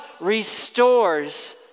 restores